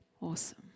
awesome